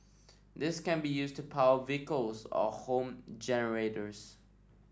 this can be used to power vehicles or home generators